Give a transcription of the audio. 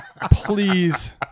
please